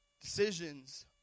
Decisions